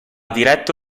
diretto